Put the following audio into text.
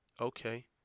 okay